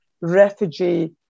refugee